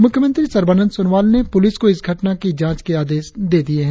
मुख्यमंत्री सर्बानंद सोनोवाल ने पुलिस को इस घटना की जांच के आदेश दे दिए है